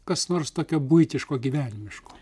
kas nors tokio buitiško gyvenimiško